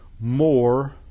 more